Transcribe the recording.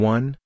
one